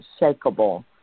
unshakable